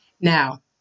now